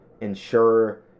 ensure